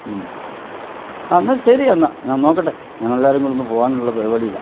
മ്മ് ആ ന്നാ ശരി എന്നാല് ഞാൻ നോക്കട്ടെ ഞങ്ങളെല്ലാവരുംകൂടൊന്നു പോകാനുള്ള പരിപാടിയിലാണ്